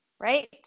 right